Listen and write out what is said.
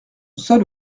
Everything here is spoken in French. sonne